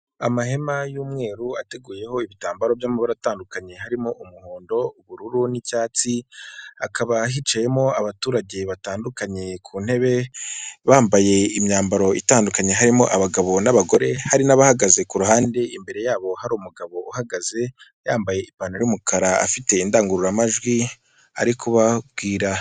Amahema y'umweru ateguyeho ibitambaro by'amabara atandukanye harimo umuhondo, ubururu n'icyatsi .Akaba hicayemo abaturage batandukanye ku ntebe bambaye imyambaro itandukanye harimo abagabo n'abagore ,hari n'abahagaze ku ruhande imbere yabo hari umugabo uhagaze yambaye ipantaro y'umukara afite indangururamajwi ari kubabwira.